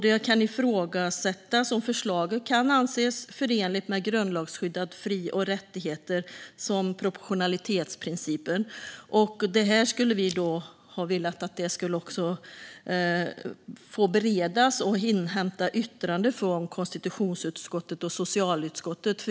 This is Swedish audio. Det kan ifrågasättas om förslaget kan anses förenligt med grundlagsskyddade fri och rättigheter samt proportionalitetsprincipen. Vi hade velat att detta hade fått beredas av konstitutionsutskottet och socialutskottet.